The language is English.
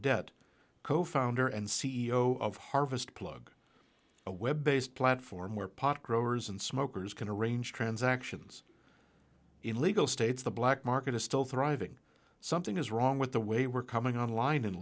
debt co founder and c e o of harvest plug a web based platform where pot growers and smokers can arrange transactions in legal states the black market is still thriving something is wrong with the way we're coming online